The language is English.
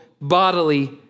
bodily